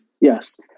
Yes